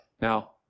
Now